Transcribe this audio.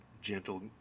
gentle